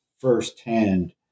firsthand